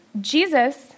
Jesus